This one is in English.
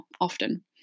often